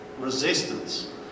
resistance